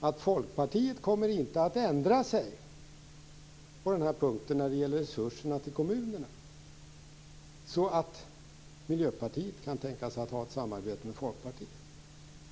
att Folkpartiet inte kommer att ändra sig när det gäller resurserna till kommunerna så att Miljöpartiet skulle kunna tänkas ha ett samarbete med Folkpartiet.